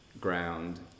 ground